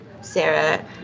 Sarah